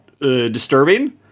disturbing